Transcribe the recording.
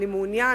אני מעוניין,